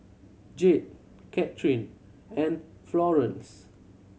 Jade Kathryn and Florance